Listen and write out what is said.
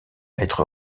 être